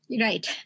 Right